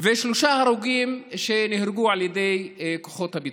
שלושה הרוגים שנהרגו על ידי כוחות הביטחון.